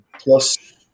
Plus